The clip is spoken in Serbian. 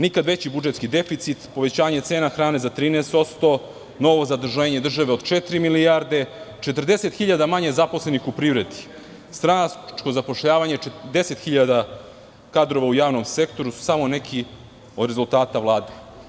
Nikad veći budžetski deficit, povećanje cena hrane za 13%, novo zaduženje države od četiri milijarde, 40.000 manje zaposlenih u privredi, stranačko zapošljavanje 10.000 kadrova u javnom sektoru, samo su neki od rezultata Vlade.